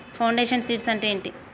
Foundation seeds అంటే ఏంటి?